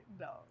no